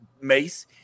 Mace